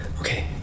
Okay